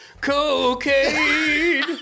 Cocaine